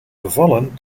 gevallen